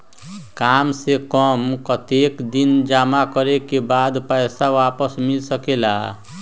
काम से कम कतेक दिन जमा करें के बाद पैसा वापस मिल सकेला?